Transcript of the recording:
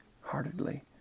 heartedly